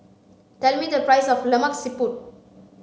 tell me the price of lemak siput